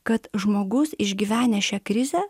kad žmogus išgyvenęs šią krizę